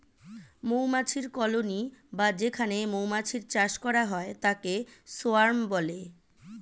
মৌমাছির কলোনি বা যেখানে মৌমাছির চাষ করা হয় তাকে সোয়ার্ম বলে